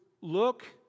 look